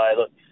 look